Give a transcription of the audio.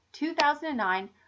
2009